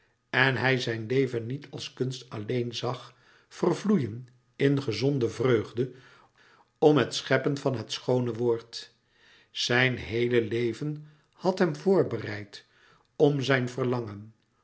en hij zijn leven niet als kunst alleen zag vervloeien in gezonde vreugde om het scheppen van het schoone woord louis couperus metamorfoze zijn heele leven had hem voorbereid om zijn verlangen